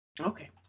okay